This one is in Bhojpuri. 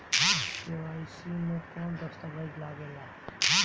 के.वाइ.सी मे कौन दश्तावेज लागेला?